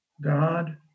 God